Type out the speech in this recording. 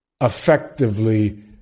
effectively